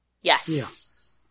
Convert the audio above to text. Yes